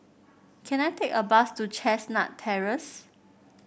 can I take a bus to Chestnut Terrace